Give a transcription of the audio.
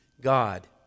God